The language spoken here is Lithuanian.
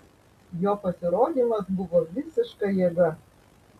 jo pasirodymas buvo visiška jėga